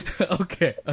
okay